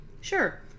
Sure